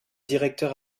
directeur